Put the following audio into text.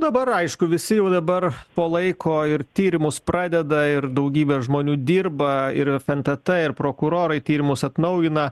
dabar aišku visi jau dabar po laiko ir tyrimus pradeda ir daugybė žmonių dirba ir fntt ir prokurorai tyrimus atnaujina